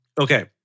Okay